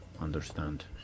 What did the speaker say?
understand